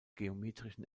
geometrischen